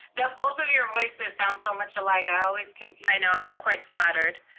but both of your voices sound so much alike, i always confuse i know, i'm quite flattered.